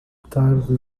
tarde